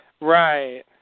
right